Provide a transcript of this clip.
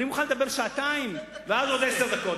אני מוכן לדבר שעתיים, ואז עוד עשר דקות.